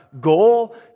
goal